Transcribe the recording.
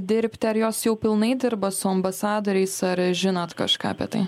dirbti ar jos jau pilnai dirba su ambasadoriais ar žinot kažką apie tai